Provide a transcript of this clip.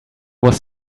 was